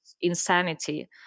insanity